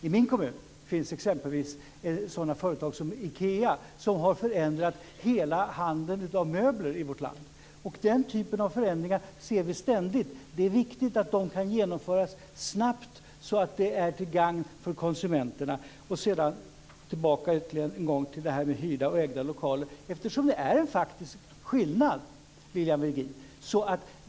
I min kommun finns t.ex. sådana företag som IKEA som har förändrat hela handeln av möbler i vårt land. Den typen av förändringar ser vi ständigt. Det är viktigt att de kan genomföras snabbt så att de är till gagn för konsumenterna. Låt mig än en gång gå tillbaka till frågan om hyrda och ägda lokaler. Det är faktiskt en skillnad, Lilian Virgin.